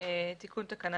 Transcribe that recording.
תיקון תקנה